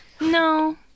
No